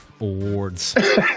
Awards